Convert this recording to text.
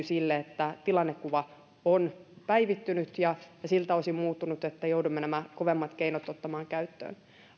sille että tilannekuva on päivittynyt ja siltä osin muuttunut että joudumme nämä kovemmat keinot ottamaan käyttöön